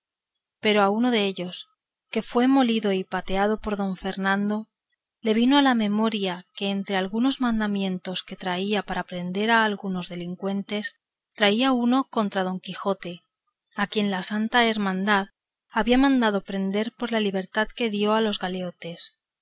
pero uno dellos que fue el que fue molido y pateado por don fernando le vino a la memoria que entre algunos mandamientos que traía para prender a algunos delincuentes traía uno contra don quijote a quien la santa hermandad había mandado prender por la libertad que dio a los galeotes